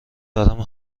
دارم